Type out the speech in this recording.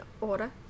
order